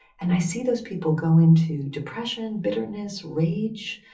and i see those people go into depression, bitterness, rage,